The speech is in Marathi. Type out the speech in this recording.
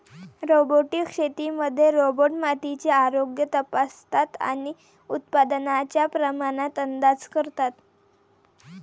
रोबोटिक शेतीमध्ये रोबोट मातीचे आरोग्य तपासतात आणि उत्पादनाच्या प्रमाणात अंदाज करतात